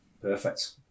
Perfect